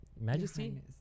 Majesty